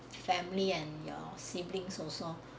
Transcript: family and your siblings also